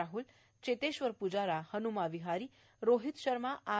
Rahul Cheteshwar Pujara Hanuma Vihari Rohit Sharma R